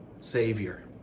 Savior